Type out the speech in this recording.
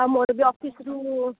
ଆଉ ମୋର ବି ଅଫିସରୁ